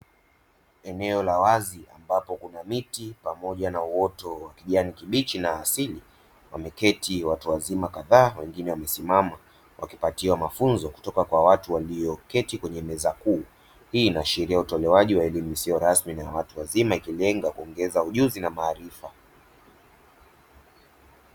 Eneo la wazi ambapo kuna miti pamoja na uoto wa kijani, kibichi na asili wameketi watu wazima kadhaa. Wengine wamesimama wakipatiwa mafunzo kutoka kwa watu walioketi kwenye meza kuu. Hii ina ashilia utolewaji wa elimu isiyo rasmi na watu wazima ikilenga kuongeza ujuzi na maarifa.